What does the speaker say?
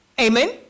amen